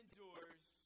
endures